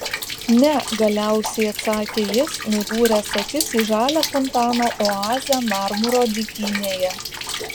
ne galiausiai atsakė jis nudūręs akis į žalią fontano oazę marmuro dykynėje